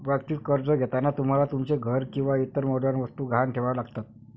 वैयक्तिक कर्ज घेताना तुम्हाला तुमचे घर किंवा इतर मौल्यवान वस्तू गहाण ठेवाव्या लागतात